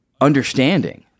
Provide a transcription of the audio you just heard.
understanding